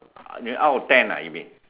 uh out of ten ah you mean